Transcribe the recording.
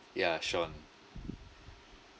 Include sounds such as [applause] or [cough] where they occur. [noise] ya sean